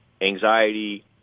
anxiety